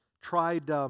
tried